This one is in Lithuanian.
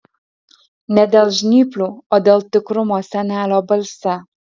ne dėl žnyplių o dėl tikrumo senelio balse